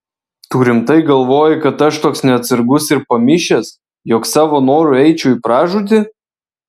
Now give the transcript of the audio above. tu rimtai galvoji kad aš toks neatsargus ir pamišęs jog savo noru eičiau į pražūtį